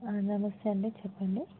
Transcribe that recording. నమస్తే అండి చెప్పండి